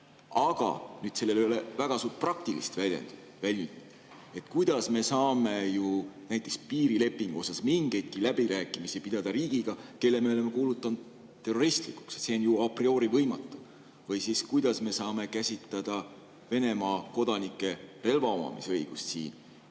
Aga sellel ei ole väga suurt praktilist väljundit. Kuidas me saame näiteks piirilepingu üle mingeid läbirääkimisi pidada riigiga, kelle me oleme kuulutanud terroristlikuks? See on jua priorivõimatu. Või kuidas me saame käsitleda Venemaa kodanike relva omamise õigust siin,